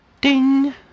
Ding